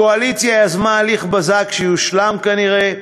הקואליציה יזמה הליך בזק, שיושלם כנראה,